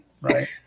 right